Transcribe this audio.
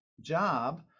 job